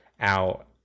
out